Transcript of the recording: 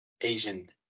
Asian